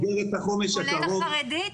כולל החרדית?